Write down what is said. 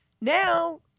Now